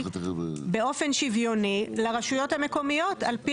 באופן שוויוני לרשויות המקומיות על פי